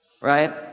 Right